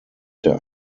der